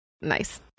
nice